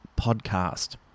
podcast